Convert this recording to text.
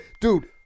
dude